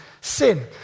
sin